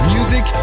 Music